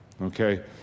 okay